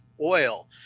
oil